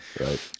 Right